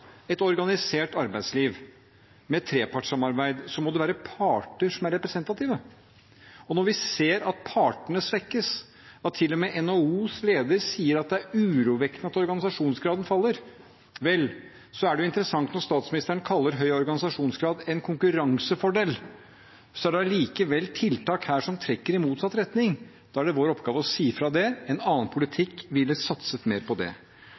et organisert arbeidsliv med trepartssamarbeid, må det være parter som er representative. Når vi ser at partene svekkes, og til og med NHOs leder sier at det er urovekkende at organisasjonsgraden faller, er det interessant at statsministeren kaller høy organisasjonsgrad en konkurransefordel. Allikevel er det tiltak her som trekker i motsatt retning. Da er det vår oppgave å si fra om det. En annen politikk ville satset mer på det.